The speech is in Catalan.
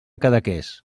cadaqués